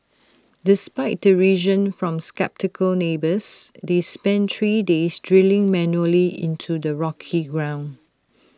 despite derision from sceptical neighbours they spent three days drilling manually into the rocky ground